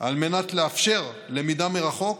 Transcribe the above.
על מנת לאפשר למידה מרחוק